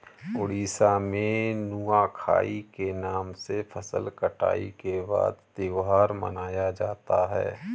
उड़ीसा में नुआखाई के नाम से फसल कटाई के बाद त्योहार मनाया जाता है